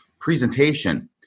presentation